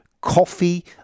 coffee